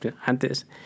antes